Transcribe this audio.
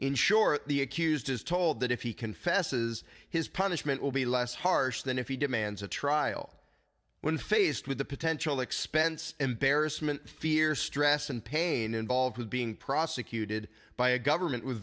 ensure the accused is told that if he confesses his punishment will be less harsh than if he demands a trial when faced with the potential expense embarrassment fear stress and pain involved with being prosecuted by a government w